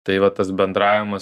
tai va tas bendravimas